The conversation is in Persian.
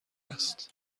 است